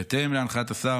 בהתאם להנחיית השר,